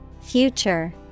Future